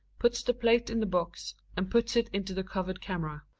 puts the plate in the box, and puts it into the covered camera.